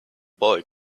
boy